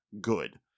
good